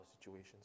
situations